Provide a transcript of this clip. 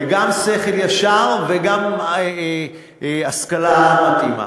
וגם שכל ישר וגם השכלה מתאימה.